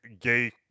gay